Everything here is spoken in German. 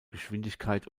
geschwindigkeit